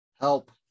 Help